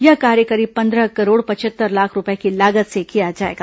यह कार्य करीब पन्द्रह करोड़ पचहत्तर लाख रूपए की लागत से किया जाएगा